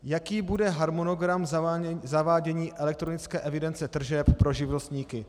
Jaký bude harmonogram zavádění elektronické evidence tržeb pro živnostníky?